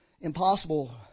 impossible